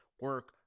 Work